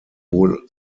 wohl